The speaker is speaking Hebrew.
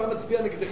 הוא היה מצביע נגדך.